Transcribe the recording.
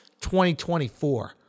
2024